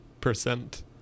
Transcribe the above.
percent